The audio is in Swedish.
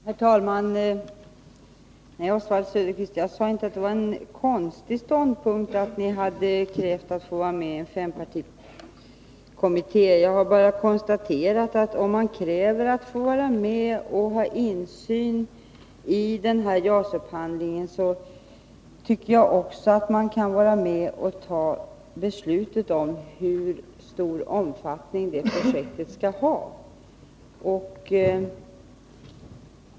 Herr talman! Jag sade inte, Oswald Söderqvist, att ert krav på att få vara med i en fempartikommission var en konstig ståndpunkt. Jag bara konstaterade att om man kräver att få vara med och ha insyn i den här JAS-upphandlingen, borde man också kunna vara med och fatta beslut om vilken omfattning det projektet skall ha.